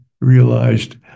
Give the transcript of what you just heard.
realized